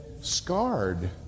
scarred